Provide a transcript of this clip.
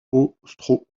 austro